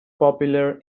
popular